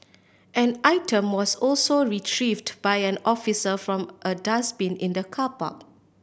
an item was also retrieved by an officer from a dustbin in the car park